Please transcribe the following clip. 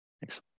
Thanks